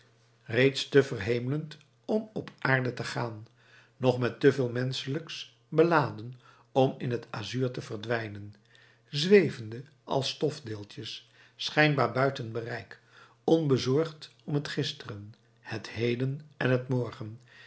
reeds te verhemeld om op aarde te gaan nog met te veel menschelijks beladen om in het azuur te verdwijnen zwevende als stofdeeltjes schijnbaar buiten bereik onbezorgd om het gisteren het heden en het morgen